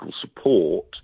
support